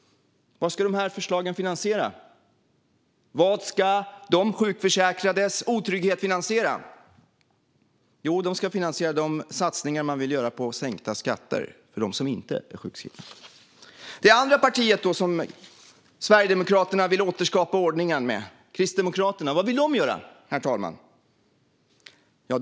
Vad ska de här förslagen finansiera? Vad ska de försäkrades otrygghet finansiera? Jo, det ska finansiera de satsningar man vill göra på sänkta skatter för dem som inte är sjukskrivna. Herr talman! Vad vill då det andra partiet som Sverigedemokraterna vill återskapa ordningen med, Kristdemokraterna, göra?